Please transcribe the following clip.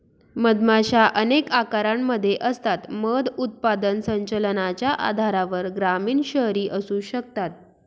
मधमाशा अनेक आकारांमध्ये असतात, मध उत्पादन संचलनाच्या आधारावर ग्रामीण, शहरी असू शकतात